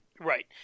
right